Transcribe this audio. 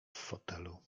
fotelu